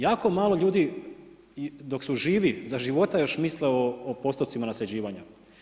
Jako malo ljudi dok su živi za života još misle o postocima nasljeđivanja.